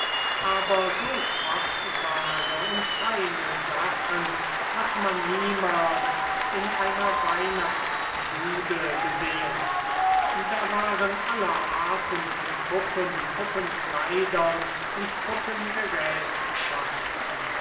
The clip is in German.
aber so kostbare und feine sachen hat man niemals in einer weihnachtsbude gesehen da waren alle arten von puppen puppenkleidern und